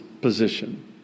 position